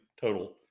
total